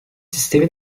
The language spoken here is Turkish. sistemi